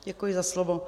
Děkuji za slovo.